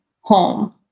home